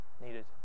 needed